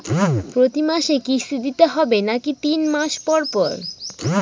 প্রতিমাসে কিস্তি দিতে হবে নাকি তিন মাস পর পর?